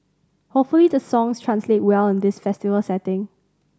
hopefully the songs translate well in this festival setting